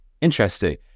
Interesting